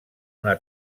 una